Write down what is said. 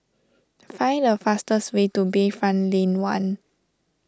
find the fastest way to Bayfront Lane one